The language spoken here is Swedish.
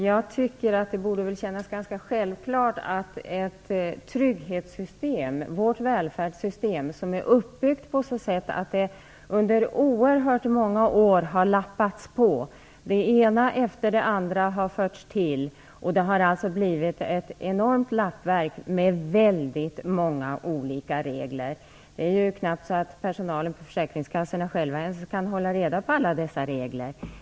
Fru talman! Vårt trygghetssystem och vårt välfärdssystem har under oerhört många år bara lappats på. Det ena efter det andra har förts till och det har alltså blivit ett enormt lappverk med väldigt många olika regler. Det är ju knappt så att personalen på försäkringskassorna ens själva kan hålla reda på alla regler.